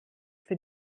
für